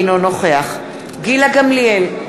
אינו נוכח גילה גמליאל,